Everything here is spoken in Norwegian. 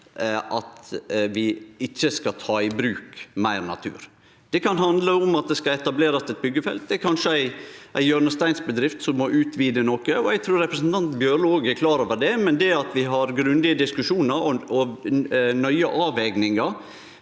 at vi ikkje skal ta i bruk meir natur. Det kan handle om at det skal bli etablert eit byggjefelt. Det er kanskje ei hjørnesteinsbedrift som må utvide noko. Eg trur representanten Bjørlo òg er klar over det, men det at vi har grundige diskusjonar og nøye avvegingar